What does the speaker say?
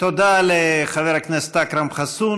תודה לחבר הכנסת אכרם חסון.